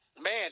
man